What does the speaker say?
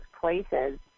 places